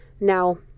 Now